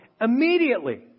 immediately